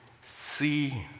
see